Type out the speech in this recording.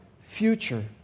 future